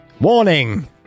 warning